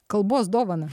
kalbos dovaną